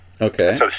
Okay